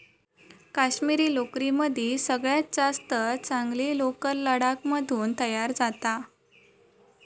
काश्मिरी लोकरीमदी सगळ्यात जास्त चांगली लोकर लडाख मधून तयार जाता